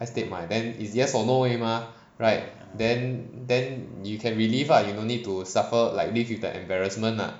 ai stead mai then is yes or no 而已吗 right then then you can relive ah you no need to suffer like live with the embarrassment ah